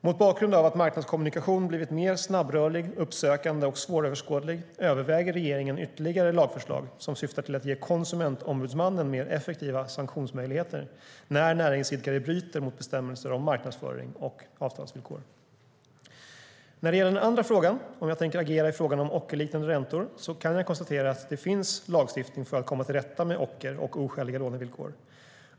Mot bakgrund av att marknadskommunikation har blivit mer snabbrörlig, uppsökande och svåröverskådlig överväger regeringen ytterligare lagförslag som syftar till att ge Konsumentombudsmannen mer effektiva sanktionsmöjligheter när näringsidkare bryter mot bestämmelser om marknadsföring och avtalsvillkor. När det gäller den andra frågan - om jag tänker agera i frågan om ockerliknande räntor - kan jag konstatera att det finns lagstiftning för att komma till rätta med ocker och oskäliga lånevillkor.